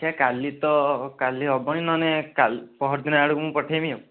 ଦେଖିବା କାଲି ତ କାଲି ହେବନି ନହେନେ କାଲି ପଅରଦିନ ଆଡ଼କୁ ମୁଁ ପଠେଇମି ଆଉ